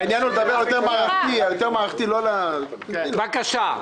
פרופ' הרשקוביץ, בבקשה.